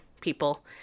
people